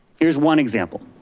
here's one example,